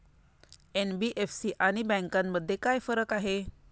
NBFC आणि बँकांमध्ये काय फरक आहे?